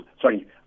Sorry